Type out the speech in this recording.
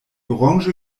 orange